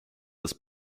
des